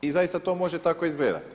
I zaista to može tako izgledati.